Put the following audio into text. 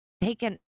taken